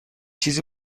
چیزی